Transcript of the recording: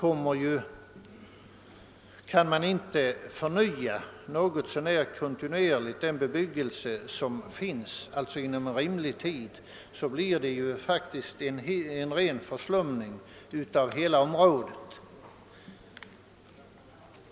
Om man inte något så när kontinuerligt inom rimlig tid förnyar den bebyggelse som finns, blir det ju en ren förslumning av hela området.